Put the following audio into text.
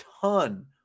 ton